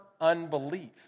unbelief